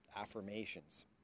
affirmations